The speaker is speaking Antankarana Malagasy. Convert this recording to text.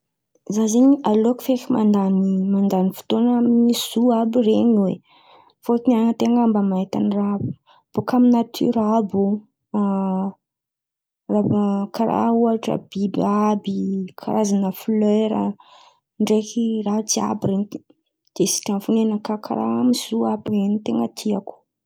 Za zen̈y, aleoko feky mandany mandany fotoan̈a amin’ny zoo àby iren̈y oe. Fôtony an̈y an-ten̈a mba mahita raha bôka amy natiora àby in̈y. Karàha ohatra biby àby, karazan̈a flera, ndraiky raha jiàby iren̈y. De sitrany fo ny nakà, karà amy zoo àby zen̈y ten̈a tiako.